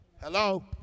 Hello